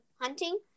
hunting